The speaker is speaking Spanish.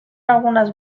algunas